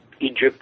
Egypt